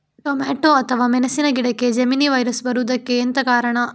Tomato ಅಥವಾ ಮೆಣಸಿನ ಗಿಡಕ್ಕೆ ಜೆಮಿನಿ ವೈರಸ್ ಬರುವುದಕ್ಕೆ ಎಂತ ಕಾರಣ?